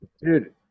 Dude